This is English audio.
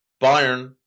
Bayern